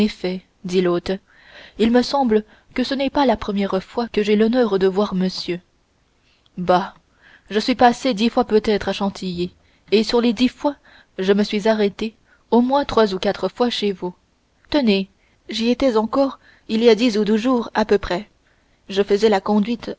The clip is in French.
dit l'hôte il me semble que ce n'est pas la première fois que j'ai l'honneur de voir monsieur bah je suis passé dix fois peut-être à chantilly et sur les dix fois je me suis arrêté au moins trois ou quatre fois chez vous tenez j'y étais encore il y a dix ou douze jours à peu près je faisais la conduite